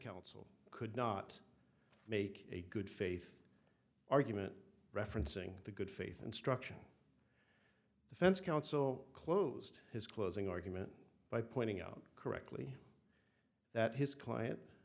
counsel could not make a good faith argument referencing the good faith instruction defense counsel closed his closing argument by pointing out correctly that his